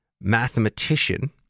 mathematician